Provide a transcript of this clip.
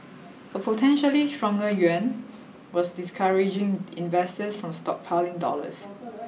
a potentially stronger yuan was discouraging investors from stockpiling dollars